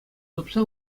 тупса